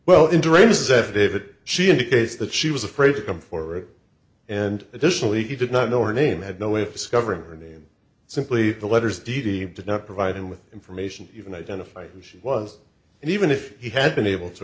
said david she indicates that she was afraid to come forward and additionally he did not know her name had no way of discovering her name simply the letters d d did not provide him with information even identify who she was and even if he had been able to